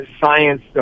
science